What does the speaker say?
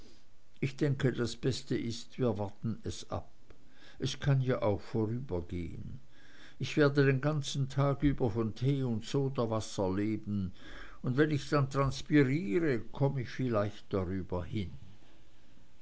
ich denke das beste ist wir warten es ab es kann ja auch vorübergehen ich werde den ganzen tag über von tee und sodawasser leben und wenn ich dann transpiriere komm ich vielleicht drüber hin